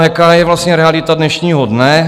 A jaká je vlastně realita dnešního dne?